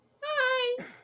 hi